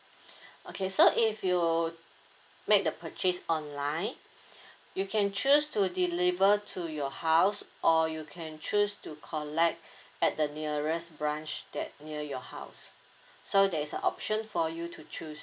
okay so if you make the purchase online you can choose to deliver to your house or you can choose to collect at the nearest branch that near your house so there's a option for you to choose